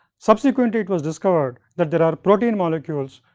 subsequently, it was discovered that there are protein molecules,